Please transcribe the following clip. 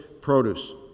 produce